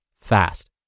fast